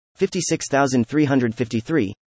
56,353